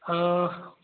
ह